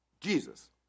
Jesus